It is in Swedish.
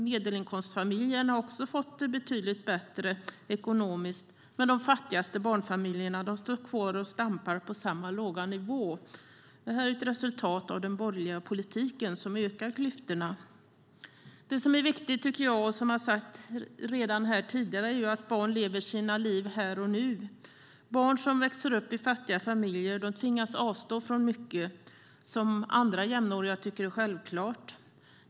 Medelinkomstfamiljerna har också fått det betydligt bättre ekonomiskt, men de fattigaste barnfamiljerna står kvar och stampar på samma låga nivå. Det här är ett resultat av den borgerliga politiken som ökar klyftorna. Det som är viktigt, och som redan sagts här tidigare, är att barn lever sina liv här och nu. Barn som växer upp i fattiga familjer tvingas avstå från mycket som andra jämnåriga tycker är självklart.